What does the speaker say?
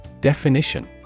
Definition